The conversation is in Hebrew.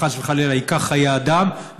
חס וחלילה ייקח חיי אדם,